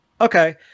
Okay